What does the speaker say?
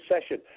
session